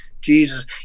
Jesus